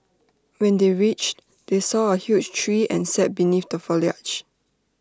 when they reached they saw A huge tree and sat beneath the foliage